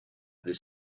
this